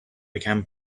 began